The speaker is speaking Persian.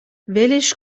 ولش